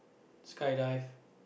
skydive